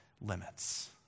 limits